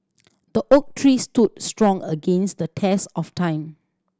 the oak tree stood strong against the test of time